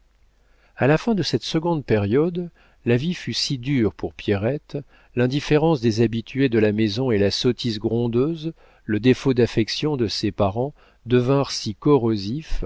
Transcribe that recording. a la fin de cette seconde période la vie fut si dure pour pierrette l'indifférence des habitués de la maison et la sottise grondeuse le défaut d'affection de ses parents devinrent si corrosifs